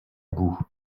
boue